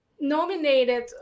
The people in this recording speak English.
nominated